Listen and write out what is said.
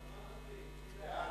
סעיפים 1 3